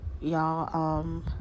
y'all